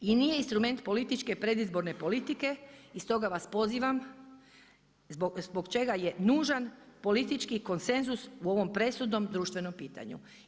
I nije instrument političke predizborne politike i stoga vas pozivam, zbog čega je nužan politički konsenzus u ovom presudom društvenom pitanju.